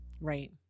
Right